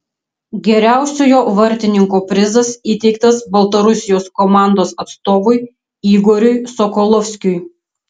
geriausiojo vartininko prizas įteiktas baltarusijos komandos atstovui igoriui sokolovskiui